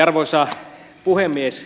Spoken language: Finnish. arvoisa puhemies